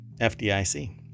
fdic